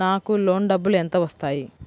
నాకు లోన్ డబ్బులు ఎంత వస్తాయి?